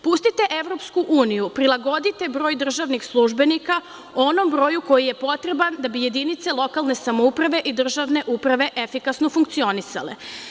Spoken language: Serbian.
Pustite EU, prilagodite broj državnih službenika onom broju koji je potreban da bi jedinice lokalne samouprave i državne uprave efikasno funkcionisale.